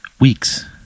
weeks